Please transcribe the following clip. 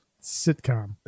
sitcom